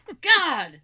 God